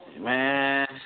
man